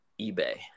eBay